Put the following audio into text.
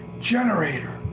generator